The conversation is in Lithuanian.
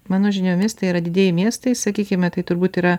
mano žiniomis tai yra didieji miestai sakykime tai turbūt yra